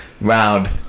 Round